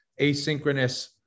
asynchronous